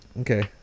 okay